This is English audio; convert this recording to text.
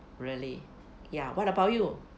really ya what about you